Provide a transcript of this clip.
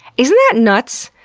isn't that nuts!